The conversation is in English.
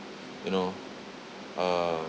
you know uh